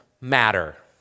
matter